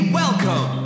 welcome